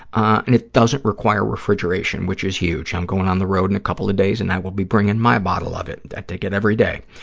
and it doesn't require refrigeration, which is huge. i'm going on the road in a couple of days and i will be bringing my bottle of it. i take it every day.